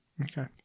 Okay